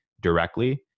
directly